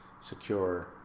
secure